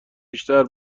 بیشتر